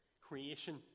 creation